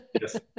yes